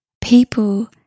people